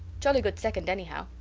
jolly good second, anyhow,